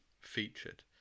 featured